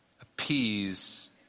appease